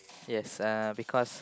yes uh because